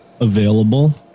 available